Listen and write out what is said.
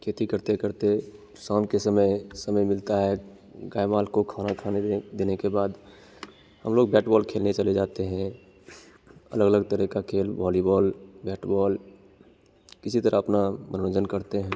खेती करते करते शाम के समय समय मिलता है गाय वाल को खाना खाने के देने के बाद हम लोग बैट बॉल खेलने चले जाते हैं अलग अलग तरीके का खेल वॉलीबॉल बैट बॉल इसी तरह अपना मनोरंजन करते हैं